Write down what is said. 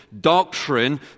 doctrine